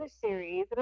series